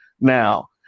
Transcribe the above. now